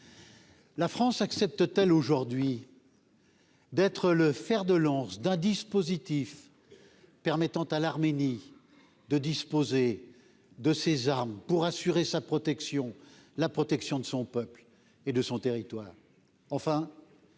la France accepte-t-elle aujourd'hui d'être le fer de lance d'un dispositif permettant à l'Arménie, de disposer de ces armes pour assurer sa protection, la protection de son peuple et de son territoire,